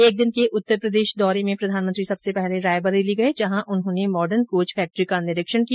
एक दिन के उत्तर प्रदेश दौरे में प्रधानमंत्री सबसे पहले रायबरेली गए जहां उन्होंने मॉडर्न कोच फैक्ट्री का निरीक्षण किया